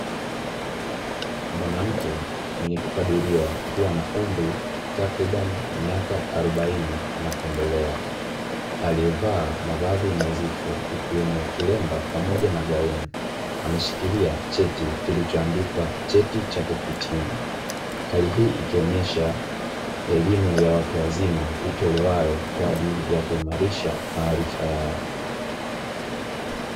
Mwanamke mwenye kukadiriwa kuwa na umri takribani miaka arobaini na kuendelea, aliyevaa mavazi nadhifu ikiwemo kilemba pamoja na gauni ameshikilia cheti kilichoandikwa cheti cha kuhitimu. Hali hii ikionyesha elimu ya watu wazima itolewayo kwa ajili ya kuimarisha maarifa yao.